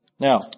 Now